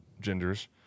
genders